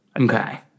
Okay